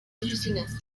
oficinas